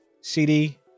cd